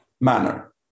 Manner